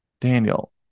Daniel